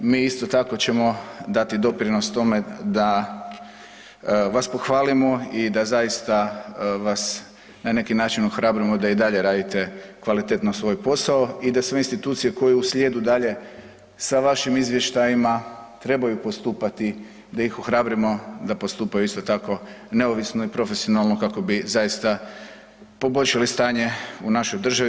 Mi, isto tako ćemo dati doprinos tome da vas pohvalimo i da zaista vas, na neki način ohrabrimo da i dalje radite kvalitetno svoj posao i da sve institucije koje uslijedu dalje sa vašim izvještajima trebaju postupati da ih ohrabrimo da postupaju, isto tako, neovisno i profesionalno kako bi zaista poboljšali stanje u našoj državi.